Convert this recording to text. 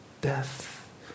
death